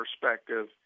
perspective